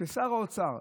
שר האוצר,